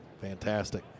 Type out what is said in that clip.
fantastic